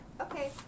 Okay